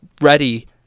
ready